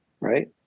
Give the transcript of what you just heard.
right